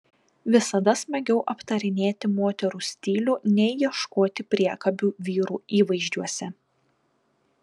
visada smagiau aptarinėti moterų stilių nei ieškoti priekabių vyrų įvaizdžiuose